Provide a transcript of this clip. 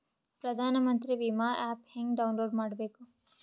ಪ್ರಧಾನಮಂತ್ರಿ ವಿಮಾ ಆ್ಯಪ್ ಹೆಂಗ ಡೌನ್ಲೋಡ್ ಮಾಡಬೇಕು?